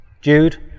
Jude